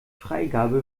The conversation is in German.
freigabe